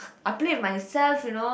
I play with myself you know